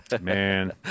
Man